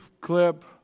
clip